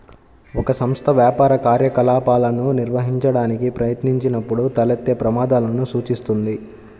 ఒక సంస్థ వ్యాపార కార్యకలాపాలను నిర్వహించడానికి ప్రయత్నించినప్పుడు తలెత్తే ప్రమాదాలను సూచిస్తుంది